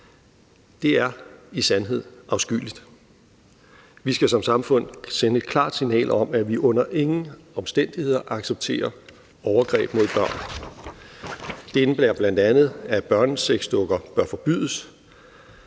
Det er i sandhed afskyeligt. Vi skal som samfund sende et klart signal om, at vi under ingen omstændigheder accepterer overgreb mod børn. Det indebærer bl.a., at børnesexdukker bør forbydes,